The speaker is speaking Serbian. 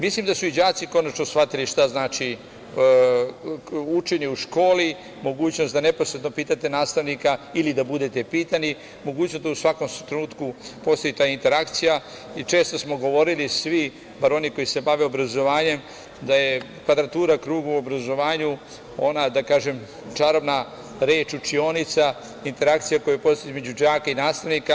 Mislim da su i đaci konačno shvatili šta znači učenje u školi, mogućnost da neposredno pitate nastavnika ili da budete pitani, mogućnost da u svakom trenutku postoji ta interakcija i često smo govorili svi, bar oni koji se bave obrazovanjem, da je kvadratura kruga u obrazovanju ona, da kažem, čarobna reč - učionica, interakcija koja postoji između đaka i nastavnika.